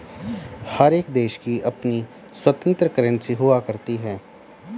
हर एक देश की अपनी स्वतन्त्र करेंसी हुआ करती है